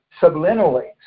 subliminally